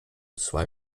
zwei